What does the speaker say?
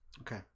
Okay